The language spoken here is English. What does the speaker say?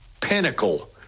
pinnacle